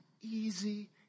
easy